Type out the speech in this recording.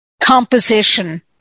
composition